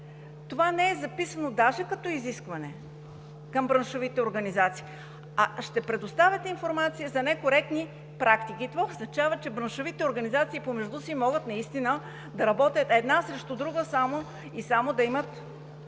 не е записано даже като изискване към браншовите организации, а ще предоставят информация за некоректни практики. Това означава, че помежду си браншовите организации могат наистина да работят една срещу друга – само и само